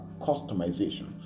customization